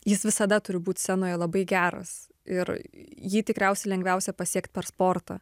jis visada turi būt scenoje labai geras ir jį tikriausiai lengviausia pasiekti per sportą